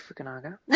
Fukunaga